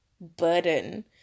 burden